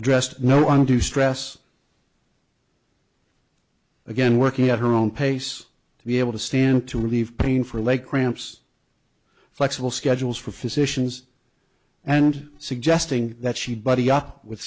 addressed no one to stress again working at her own pace to be able to stand to relieve pain for leg cramps flexible schedules for physicians and suggesting that she'd buddy up with